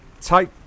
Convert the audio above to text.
Take